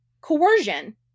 Coercion